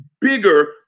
bigger